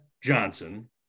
Johnson